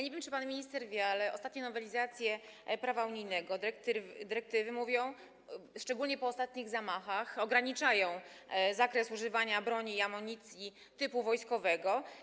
Nie wiem, czy pan minister wie, ale ostatnie nowelizacje prawa unijnego, dyrektywy, szczególnie po ostatnich zamachach, ograniczają zakres używania broni i amunicji typu wojskowego.